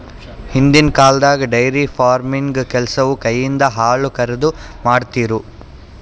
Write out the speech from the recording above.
ಹಿಂದಿನ್ ಕಾಲ್ದಾಗ dairy farming ಕೆಲಸವು ಕೈಯಿಂದ ಹಾಲುಕರೆದು, ಮಾಡ್ತಿರು